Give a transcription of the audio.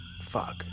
Fuck